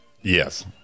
yes